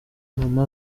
mama